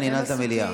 אני אנעל את המליאה.